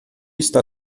está